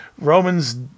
Romans